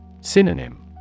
Synonym